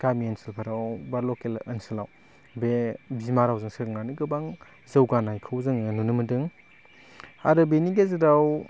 गामि ओनसोलफोराव बा लकेल ओनसोलाव बे बिमा रावजों सोलोंनानै गोबां जौगानायखौ जोङो नुनो मोन्दों आरो बेनि गेजेराव